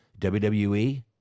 WWE